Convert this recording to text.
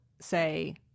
say